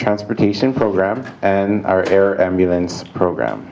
transportation program and our air ambulance program